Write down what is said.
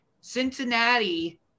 cincinnati